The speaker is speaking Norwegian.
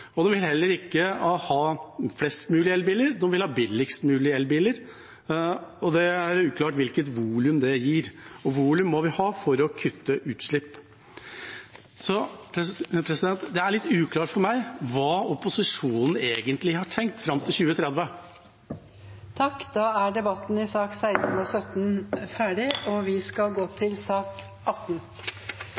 og det er fortsatt veldig uklart. De vil heller ikke ha flest mulig elbiler, de vil ha billigst mulig elbiler. Det er uklart hvilket volum det gir, og volum må vi ha for å kutte utslipp. Så det er litt uklart for meg hva opposisjonen egentlig har tenkt fram til 2030. Flere har ikke bedt om ordet til sakene nr. 16 og 17. Etter ønske fra energi- og